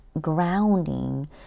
grounding